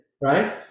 right